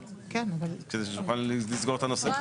כדי שנוכל לסגור את הנושא.